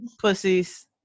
pussies